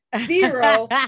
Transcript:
zero